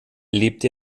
lebt